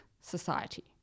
society